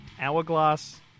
Hourglass